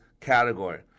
category